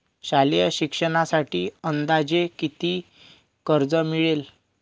शालेय शिक्षणासाठी अंदाजे किती कर्ज मिळेल?